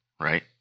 right